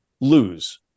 lose